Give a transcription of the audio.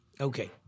Okay